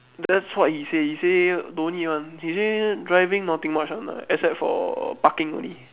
that's what he say he say no need [one] he say driving nothing much one lah except for parking only